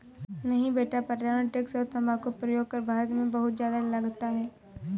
नहीं बेटा पर्यावरण टैक्स और तंबाकू प्रयोग कर भारत में बहुत ज्यादा लगता है